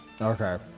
Okay